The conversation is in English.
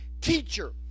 Teacher